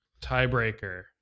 tiebreaker